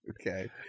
Okay